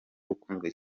ukunzwe